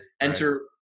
enter